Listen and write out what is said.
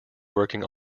working